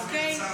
אוקיי?